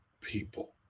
people